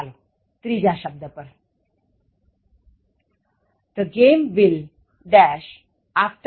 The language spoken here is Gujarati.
ચાલો ત્રીજા શબ્દ પર the game will after the lunch break